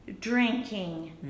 drinking